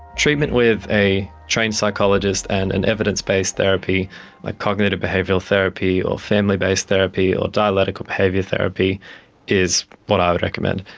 treatment with a trained psychologist and an evidence-based therapy like cognitive behavioural therapy or family-based therapy or dialectical behaviour therapy is what i would recommend.